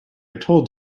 told